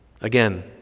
Again